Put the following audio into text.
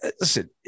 listen